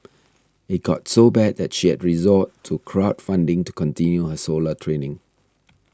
it got so bad that she had to resort to crowd funding to continue her solo training